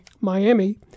Miami